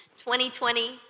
2020